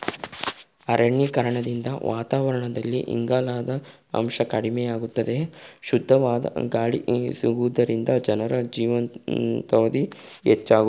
ಅರಣ್ಯೀಕರಣದಿಂದ ವಾತಾವರಣದಲ್ಲಿ ಇಂಗಾಲದ ಅಂಶ ಕಡಿಮೆಯಾಗುತ್ತದೆ, ಶುದ್ಧವಾದ ಗಾಳಿ ಸಿಗುವುದರಿಂದ ಜನರ ಜೀವಿತಾವಧಿ ಹೆಚ್ಚಾಗುತ್ತದೆ